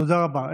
תודה רבה.